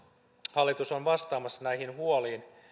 hallitus on vastaamassa näihin huoliin